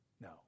No